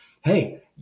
hey